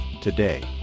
today